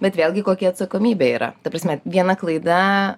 bet vėlgi kokia atsakomybė yra ta prasme viena klaida